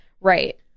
right